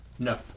No